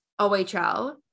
OHL